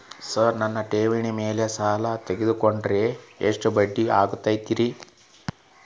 Sir ನನ್ನ ಠೇವಣಿ ಮೇಲೆ ಸಾಲ ತಗೊಂಡ್ರೆ ಎಷ್ಟು ಬಡ್ಡಿ ಆಗತೈತ್ರಿ?